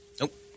Nope